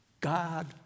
God